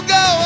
go